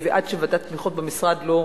עד שוועדת התמיכות במשרד לא